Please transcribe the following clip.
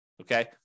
Okay